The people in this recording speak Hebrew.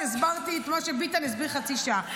הסברתי את מה שביטן הסביר חצי שעה.